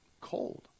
cold